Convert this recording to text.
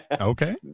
Okay